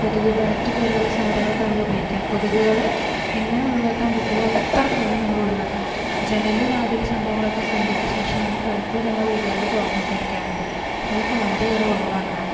കൊതുക് ബാറ്റു പോലുള്ള സാധനങ്ങളൊക്കെ ഉപയോഗിക്കുക കൊതുകുകളെ എങ്ങനെ ഒഴിവാക്കാൻ പറ്റുമോ അത്രത്തോളം നമ്മൾ ഒഴിവാക്കുക ജനൽ വാതിൽ സംഭവങ്ങളൊക്കെ സന്ധ്യക്ക് ശേഷം നമ്മൾ പലപ്പോഴും നമ്മളെ വീടുകളിൽ തുറന്നിട്ട് ഇരിക്കാറുണ്ട് അതൊക്കെ വളരെയേറെ ഒഴിവാക്കണം